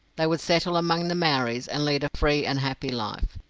they would settle among the maoris, and lead a free and happy life.